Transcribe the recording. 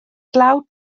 glaw